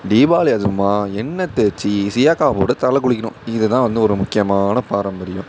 தீபாவளி அதுவுமா எண்ணெய் தேய்ச்சி சீயக்காய் போட்டு தலை குளிக்கணும் இதுதான் வந்து ஒரு முக்கியமான பாரம்பரியம்